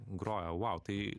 grojau vau tai